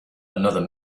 another